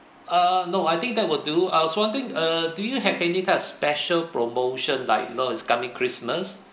uh no I think that will do I was wondering err do you have any kind of special promotion like you know is coming christmas